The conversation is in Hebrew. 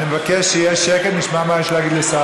אני מבקש שיהיה שקט, נשמע מה יש לשר